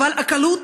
אבל על הקלות,